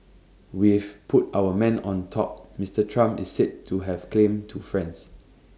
we've put our man on top Mister Trump is said to have claimed to friends